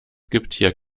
gibt